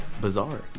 bizarre